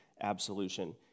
absolution